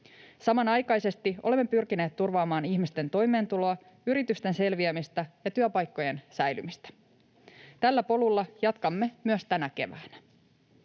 Samanaikaisesti olemme pyrkineet turvaamaan ihmisten toimeentuloa, yritysten selviämistä ja työpaikkojen säilymistä. Tällä polulla jatkamme myös tänä keväänä.